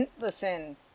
listen